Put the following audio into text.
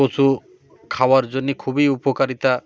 পশুর খাওয়ার জন্যে খুবই উপকারিতা